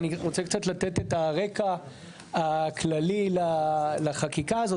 אני רוצה קצת לתת את הרקע הכללי לחקיקה הזאת.